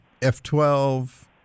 F12